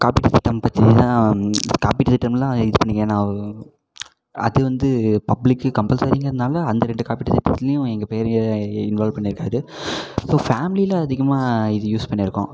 காப்பீட்டுத் திட்டம் பற்றி தான் காப்பீட்டுத் திட்டம்லாம் இது பண்ணிருக்கேன் நான் ஒரு அது வந்து பப்ளிக்கு கம்பல்சரிங்கறதனால அந்த ரெண்டு காப்பீட்டுத் திட்டத்துலையும் எங்கள் பேரைய இ இன்வால்வ் பண்ணிருக்கார் ஸோ ஃபேமிலியில அதிகமாக இது யூஸ் பண்ணிருக்கோம்